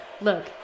Look